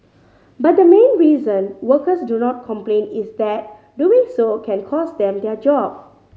but the main reason workers do not complain is that doing so can cost them their job